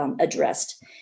addressed